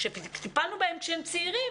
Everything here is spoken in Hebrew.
כשמטפלים בהם כשהם צעירים,